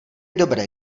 dobré